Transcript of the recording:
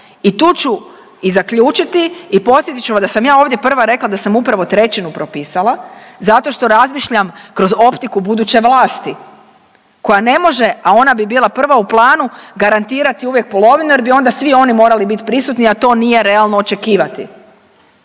I tu ću i zaključiti i podsjetit ćemo da sam ja ovdje prva rekla da sam upravo trećinu propisala zato što razmišljam kroz optiku buduće vlasti, koja ne može, a ona bi bila prva u planu garantirati uvijek polovinu, jer bi onda svi oni morali biti prisutni, a to nije realno očekivati.